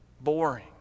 boring